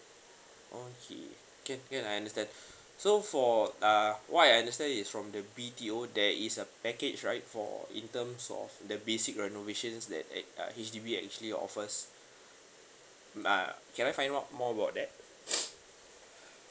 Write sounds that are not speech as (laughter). okay can can I understand so for uh what I understand is from the B_T_O there is a package right for in terms of the basic renovations that uh H_D_B is actually offers uh can I find out more about that (noise)